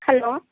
hello